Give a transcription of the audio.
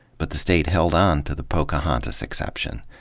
but the state held on to the pocahontas exception.